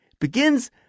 Begins